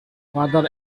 father